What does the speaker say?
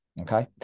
okay